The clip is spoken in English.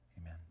Amen